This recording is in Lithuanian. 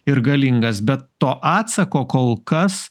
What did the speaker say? ir galingas bet to atsako kol kas